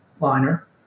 liner